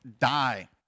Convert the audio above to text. die